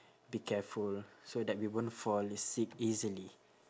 be careful so that we won't fall sick easily